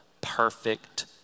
perfect